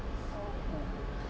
!wah!